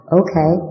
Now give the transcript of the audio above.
okay